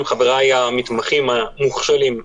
חבריי המתמחים המוכשלים,